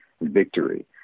victory